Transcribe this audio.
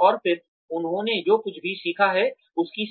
और फिर उन्होंने जो कुछ भी सीखा है उसकी